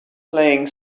playing